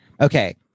Okay